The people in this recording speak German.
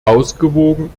ausgewogen